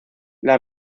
las